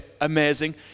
amazing